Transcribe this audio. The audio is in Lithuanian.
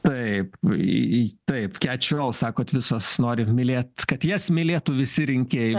taip į į taip keč ol sakot visos nori mylėt kad jas mylėtų visi rinkėjai